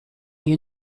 une